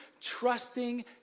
trusting